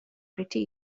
pretty